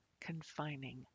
confining